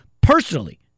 personally